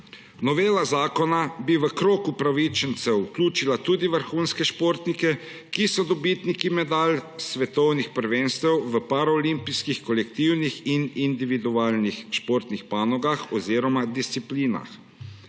Novela zakona bi v krog upravičencev vključila tudi vrhunske športnike, ki so dobitniki medalj s svetovnih prvenstev v paraolimpijskih kolektivnih in individualnih športnih panogah oziroma disciplinah.